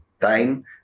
time